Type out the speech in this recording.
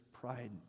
Pride